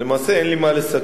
למעשה אין לי מה לסכם.